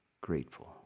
grateful